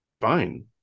fine